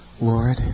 Lord